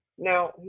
Now